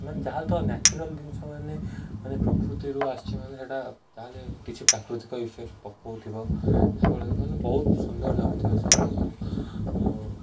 ମାନେ ଯାହାେଲେ ତ ନେଚୁରାଲ ଜିନିଷ ମାନେ ମାନେ ପ୍ରକୃତିରୁ ଆସିଛି ମାନେ ସେଟା ତାହେଲେ କିଛି ପ୍ରାକୃତିକ ଇଫେକ୍ଟ ପକଉଥିବ ସେ ଫଳ ମାନେ ବହୁତ ସୁନ୍ଦର ଲାଗୁଥିବ ସେକୁ ଆଉ